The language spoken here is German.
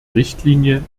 richtlinie